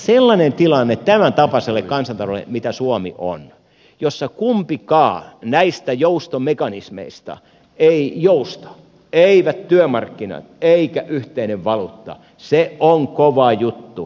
sellainen tilanne tämäntapaiselle kansantaloudelle mitä suomi on jossa kumpikaan näistä joustomekanismeista ei jousta eivät työmarkkinat eikä yhteinen valuutta on kova juttu